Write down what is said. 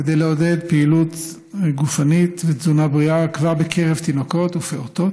כדי לעודד פעילות גופנית ותזונה בריאה כבר בקרב תינוקות ופעוטות,